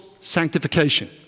sanctification